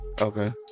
okay